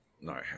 no